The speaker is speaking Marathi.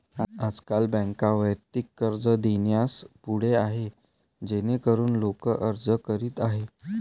आजकाल बँका वैयक्तिक कर्ज देण्यास पुढे आहेत जेणेकरून लोक अर्ज करीत आहेत